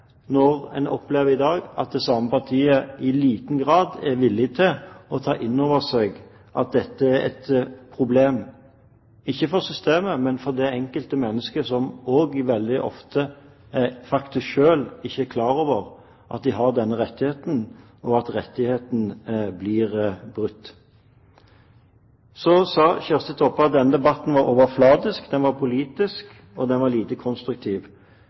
når vi i dag opplever at det samme partiet i liten grad er villig til å ta inn over seg at dette er et problem – ikke for systemet, men for det enkelte menneske, som også veldig ofte faktisk selv ikke er klar over at de har denne rettigheten, og at rettigheten blir brutt. Så sa Kjersti Toppe at denne debatten var overfladisk, at den var politisk, og at den var lite konstruktiv.